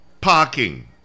parking